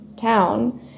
town